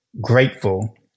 grateful